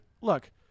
look